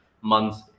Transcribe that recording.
months